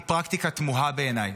היא פרקטיקה תמוהה בעיניי.